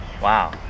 Wow